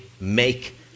make